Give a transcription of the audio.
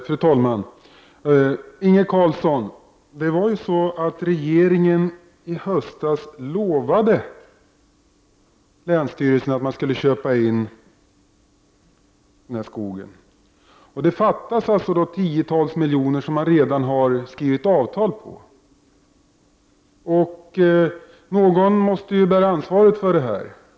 Fru talman! Regeringen lovade i höstas länsstyrelserna att man skulle köpa in den här skogen, Inge Carlsson. Det fattas nu tiotals miljoner till sådant som man redan har träffat avtal om. Någon måste bära ansvaret för detta.